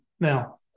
Now